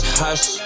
hush